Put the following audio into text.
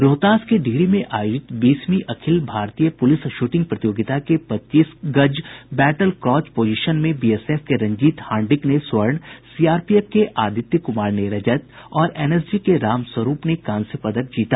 रोहतास के डिहरी में आयोजित बीसवीं अखिल भारतीय पुलिस शूटिंग प्रतियोगिता के पच्चीस गज बैटलक्रॉच पोजिशन में बीएसएफ के रंजीत हांडिक ने स्वर्ण सीआरपीएफ के आदित्य कुमार ने रजत और एनएसजी के रामस्वरूप ने कांस्य पदक जीता